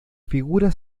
figura